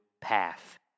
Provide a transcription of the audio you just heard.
path